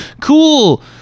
cool